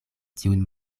tiun